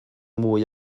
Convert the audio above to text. mwy